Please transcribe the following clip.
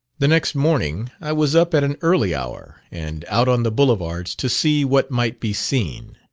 the next morning i was up at an early hour, and out on the boulevards to see what might be seen.